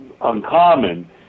uncommon